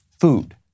Food